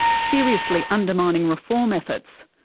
seriously undermining reform efforts.